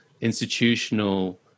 institutional